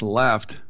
left